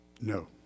No